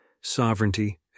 sovereignty